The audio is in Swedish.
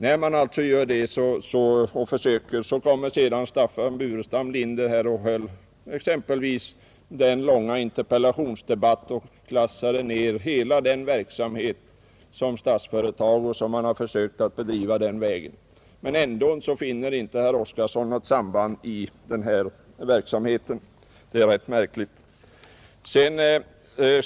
När man alltså har gjort så, kommer sedan herr Staffan Burenstam Linder och klassar i den långa interpellationsdebatten ned hela den verksamhet som Statsföretag har försökt bedriva den vägen. Ändå finner inte herr Oskarson något samband i denna verksamhet. Det är rätt märkligt.